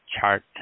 chart